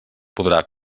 podrà